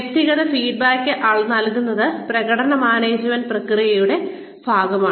വ്യക്തിഗത ഫീഡ്ബാക്ക് നൽകുന്നത് പ്രകടന മാനേജ്മെന്റ് പ്രക്രിയയുടെ ഭാഗമാണ്